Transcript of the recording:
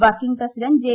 working president J